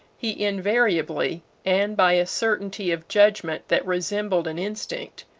he invariably, and by a certainty of judgment that resembled an instinct,